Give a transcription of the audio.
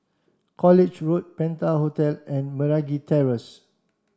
College Road Penta Hotel and Meragi Terrace